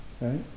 right